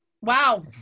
Wow